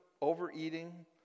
overeating